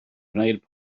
gwneud